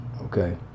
okay